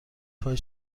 فای